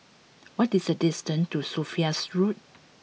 what is the distance to Sophia's Road